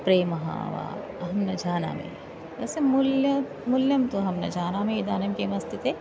प्रेम वा अहं न जानामि तस्य मूल्यं मूल्यं तु अहं न जानामि इदानीं किमस्ति ते